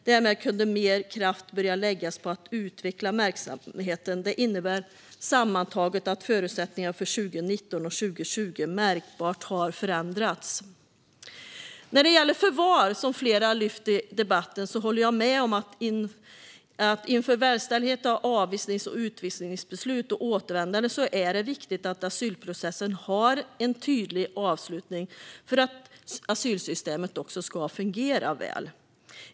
Därmed har mer kraft kunnat läggas på att utveckla verksamheten. Det innebär sammantaget att förutsättningarna för 2019 och 2020 märkbart har förändrats. När det gäller förvar, som flera har lyft upp i debatten, håller jag med om att det inför verkställighet av avvisnings och utvisningsbeslut och återvändande är viktigt att asylprocessen har en tydlig avslutning för att asylsystemet ska fungera väl.